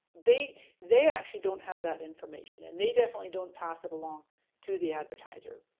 they they actually don't have that information and they definitely don't pass it along to the advertiser.